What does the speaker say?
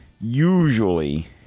usually